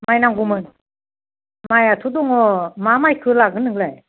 माइ नांगौमोन माइआथ' दङ मा माइखौ लागोन नोंलाय